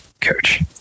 coach